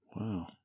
Wow